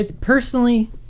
Personally